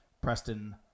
Preston